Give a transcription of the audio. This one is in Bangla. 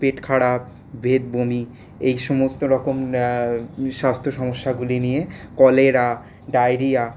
পেট খারাপ ভেদ বমি এই সমস্তরকম স্বাস্থ্য সমস্যাগুলি নিয়ে কলেরা ডাইরিয়া